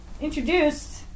introduced